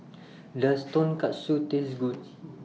Does Tonkatsu Taste Good